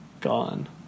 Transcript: gone